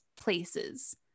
places